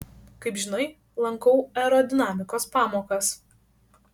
kaip žinai lankau aerodinamikos pamokas